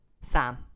Sam